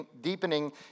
deepening